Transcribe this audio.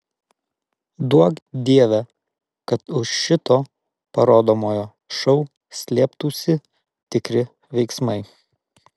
duok dieve kad už šito parodomojo šou slėptųsi tikri veiksmai